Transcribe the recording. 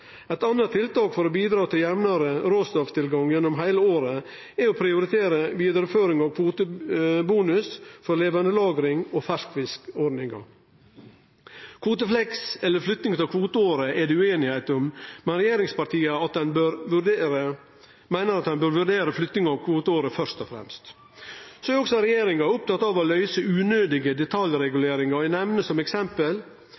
Eit anna tiltak for å bidra til jamnare råstofftilgang gjennom heile året er å prioritere vidareføring av kvotebonus for levandelagring og ferskfiskordninga. Kvotefleks, eller flytting av kvoteåret, er det ueinigheit om, men regjeringspartia meiner at ein først og fremst bør vurdere flytting av kvoteåret. Så er også regjeringa opptatt av å løyse unødige